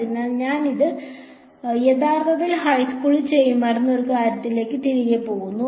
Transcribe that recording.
അതിനാൽ ഇത് യഥാർത്ഥത്തിൽ ഹൈസ്കൂളിൽ ചെയ്യുമായിരുന്ന ഒരു കാര്യത്തിലേക്ക് തിരികെ പോകുന്നു